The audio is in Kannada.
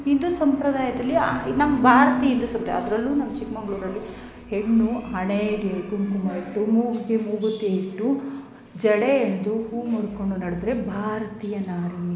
ಹಿಂದೂ ಸಂಪ್ರದಾಯದಲ್ಲಿ ಇದು ನಮ್ಮ ಭಾರತಿ ಹಿಂದೂ ಅದರಲ್ಲೂ ನಮ್ಮ ಚಿಕ್ಕಮಗ್ಳೂರಲ್ಲಿ ಹೆಣ್ಣು ಹಣೆಯಲ್ಲಿ ಕುಂಕುಮ ಇಟ್ಟು ಮೂಗಿಗೆ ಮೂಗುತಿ ಇಟ್ಟು ಜಡೆ ಹೆಣ್ದು ಹೂ ಮುಡ್ಕೊಂಡು ನಡೆದ್ರೆ ಭಾರತೀಯ ನಾರಿ